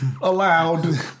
allowed